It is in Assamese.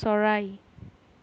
চৰাই